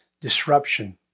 disruption